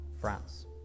France